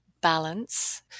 balance